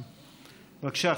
בבקשה,